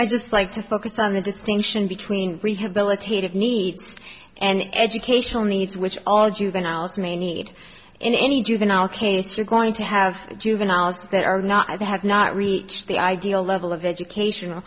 i just like to focus on the distinction between rehabilitative needs and educational needs which all juveniles may need in any juvenile case you're going to have juveniles that are not they have not reached the ideal level of educational or